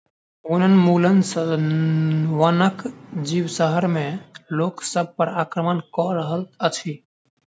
वनोन्मूलन सॅ वनक जीव शहर में लोक सभ पर आक्रमण कअ रहल अछि